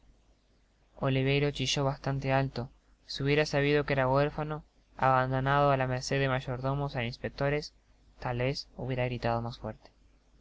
oliverio chilló bastante alio si hubiera sabido que era huérfano abandonado á la merced de mayordomos é inspectores tal vez hubiera gritado mas fuerte